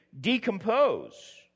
decompose